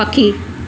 पखी